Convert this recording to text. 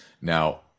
Now